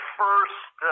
first